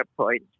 point